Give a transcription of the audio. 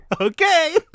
okay